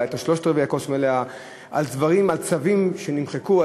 את שלושת-רבעי הכוס: צווים שנמחקו,